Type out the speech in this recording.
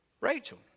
Rachel